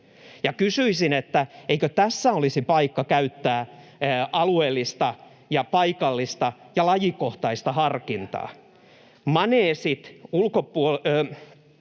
kysyisin: eikö tässä olisi paikka käyttää alueellista ja paikallista ja lajikohtaista harkintaa? [Leena Meri: